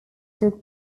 took